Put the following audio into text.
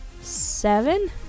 seven